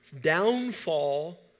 downfall